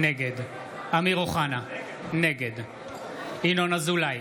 נגד אמיר אוחנה, נגד ינון אזולאי,